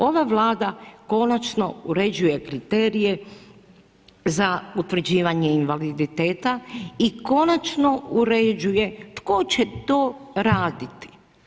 Ova Vlada konačno uređuje kriterije za utvrđivanje invaliditeta i konačno uređuje tko će to raditi.